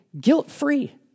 guilt-free